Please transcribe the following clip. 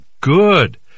Good